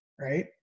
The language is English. Right